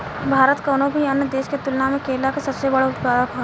भारत कउनों भी अन्य देश के तुलना में केला के सबसे बड़ उत्पादक ह